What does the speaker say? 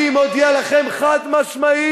אני מודיע לכם חד-משמעית,